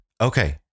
okay